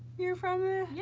you're from